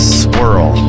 swirl